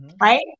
Right